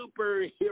superhero